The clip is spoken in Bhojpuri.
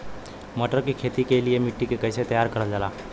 मटर की खेती के लिए मिट्टी के कैसे तैयार करल जाला?